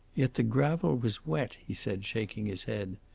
yet the gravel was wet, he said, shaking his head.